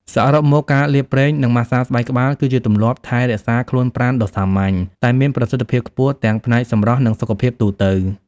សរុបមក ការលាបប្រេង និងម៉ាស្សាស្បែកក្បាល គឺជាទម្លាប់ថែរក្សាខ្លួនប្រាណដ៏សាមញ្ញ តែមានប្រសិទ្ធភាពខ្ពស់ទាំងផ្នែកសម្រស់ និងសុខភាពទូទៅ។